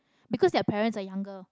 because their parents are younger